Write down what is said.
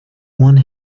one